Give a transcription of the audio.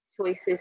choices